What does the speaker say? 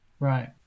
right